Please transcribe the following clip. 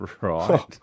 right